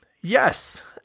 Yes